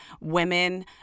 women